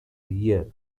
year